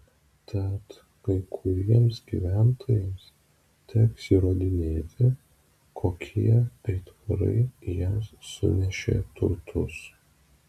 tad kai kuriems gyventojams teks įrodinėti kokie aitvarai jiems sunešė turtus